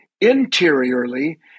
interiorly